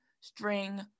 string